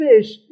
fish